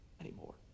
anymore